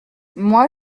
moi